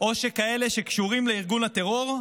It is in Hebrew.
או כאלה שקשורים לארגון הטרור,